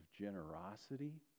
generosity